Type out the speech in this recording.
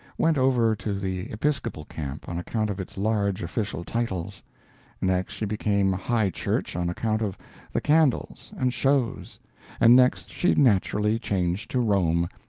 went over to the episcopal camp, on account of its large official titles next she became high-church on account of the candles and shows and next she naturally changed to rome,